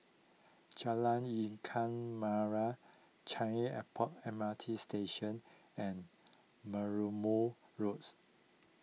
Jalan Ikan Merah Changi Airport M R T Station and Merlimau Road